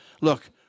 Look